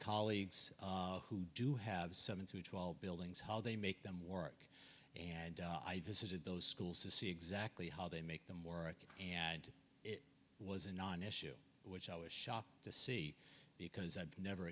colleagues who do have seven to twelve buildings how they make them work and i visited those schools to see exactly how they make them work and it was a non issue which i was shocked to see because i'd never